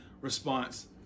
response